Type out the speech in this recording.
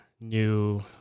new